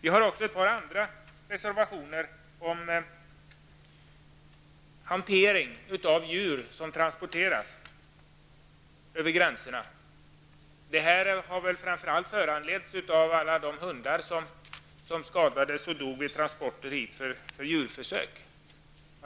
Vi har också ett par reservationer om hantering av djur som transporteras över gränserna. Bakgrunden är väl alla de hundar som skadades eller dog vid transporter hit. Hundarna